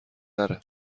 تره